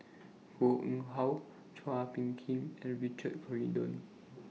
Koh Nguang How Chua Phung Kim and Richard Corridon